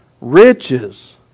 riches